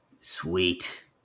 Sweet